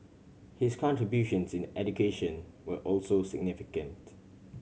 his contributions in education were also significant